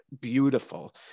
beautiful